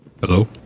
hello